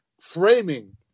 framing